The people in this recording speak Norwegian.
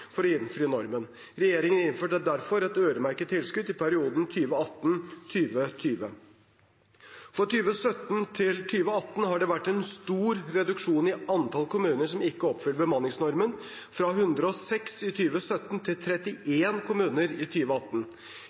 for å innfri normen. Regjeringen innførte derfor et øremerket tilskudd for perioden 2018–2020. Fra 2017 til 2018 har det vært en stor reduksjon i antall kommuner som ikke oppfyller bemanningsnormen, fra 106 i 2017 til 31 i 2018. I